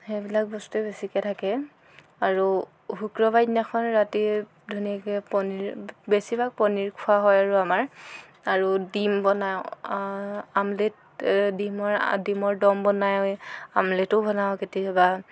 সেইবিলাক বস্তুৱে বেছিকৈ থাকে আৰু শুক্ৰবাৰে দিনাখন ৰাতি ধুনীয়াকৈ পনিৰ বেছিভাগ পনিৰ খোৱা হয় আৰু আমাৰ আৰু ডিম বনা আমলেট ডিমৰ ডিমৰ দম বনায় আমলেতো বনাওঁ কেতিয়া